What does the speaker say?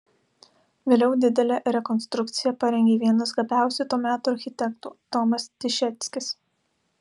vėliau didelę rekonstrukciją parengė vienas gabiausių to meto architektų tomas tišeckis